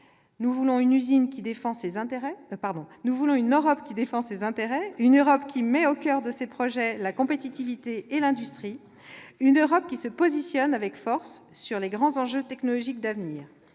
nous voulons une Europe qui défend ses intérêts, une Europe qui met au coeur de ses projets la compétitivité et l'industrie, une Europe qui se positionne avec force sur les grands enjeux technologiques d'avenir.